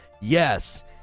Yes